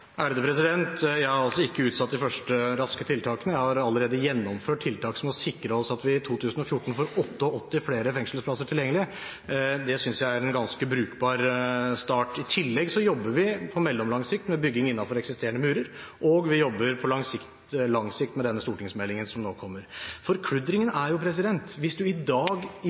Jeg har altså ikke utsatt de første raske tiltakene, jeg har allerede gjennomført tiltak som har sikret oss at vi i 2014 får 88 flere fengselsplasser tilgjengelig. Det synes jeg er en ganske brukbar start. I tillegg jobber vi på mellomlang sikt med bygging innenfor eksisterende murer, og vi jobber på lang sikt med den stortingsmeldingen som nå kommer. Forkludringen er at hvis man i dag